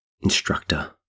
instructor